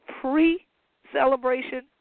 pre-celebration